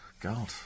God